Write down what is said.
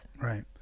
Right